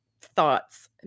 thoughts